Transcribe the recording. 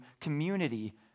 community